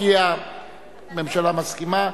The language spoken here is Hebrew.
כי הממשלה מסכימה,